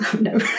No